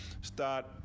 start